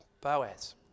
Boaz